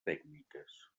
tècniques